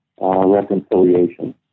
reconciliation